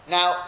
Now